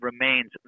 remains